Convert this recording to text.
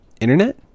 internet